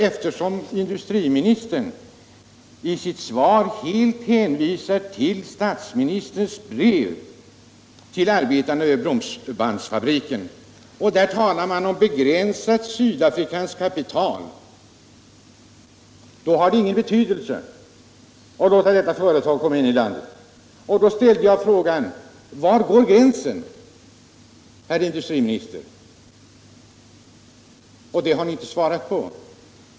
Eftersom industriministern i svaret hänvisar till statsministerns brev till arbetarna vid Bromsbandsfabriken, måste väl mina frågor höra hemma i det här sammanhanget. I brevet talas om begränsat sydafrikanskt kapital — det betyder alltså ingenting att det utländska företaget vinner fotfäste här i landet. Då ställde jag frågan: Var går gränsen, herr industriminister? Det har Ni inte svarat på.